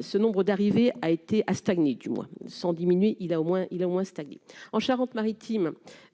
ce nombre d'arriver, a été a stagné, du moins sans diminuer, il a au moins, ils l'ont installé en Charente-Maritime,